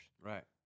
Right